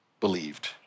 believed